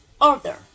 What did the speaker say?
order